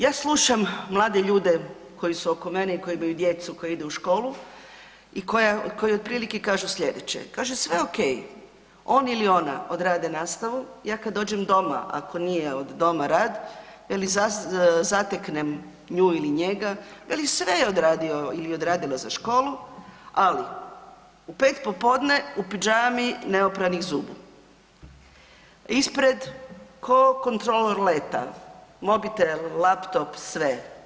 Ja slušam mlade ljude koji su oko mene i koji imaju djecu koja idu u školu i koji otprilike kažu slijedeće, kaže sve okej, on ili ona odrade nastavu, ja kad dođem doma ako nije od doma rad veli zateknem nju ili njega veli sve je odradio ili odradila za školu, ali u 5 popodne u pidžami neopranih zubi, a ispred ko kontrolor leta mobitel, laptop, sve.